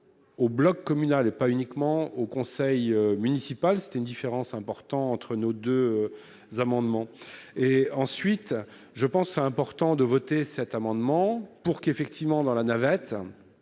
au bloc communal et pas uniquement au conseil municipal, c'était une différence importante entre nos 2 amendements et ensuite, je pense, c'est important de voter cet amendement pour qu'effectivement dans la navette